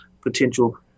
potential